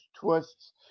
twists